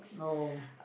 oh